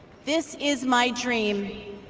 this is my dream,